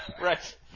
Right